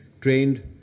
trained